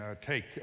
take